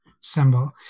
symbol